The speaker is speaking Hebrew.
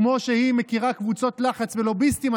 כמו שהיא מכירה קבוצות לחץ ולוביסטים,